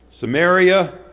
Samaria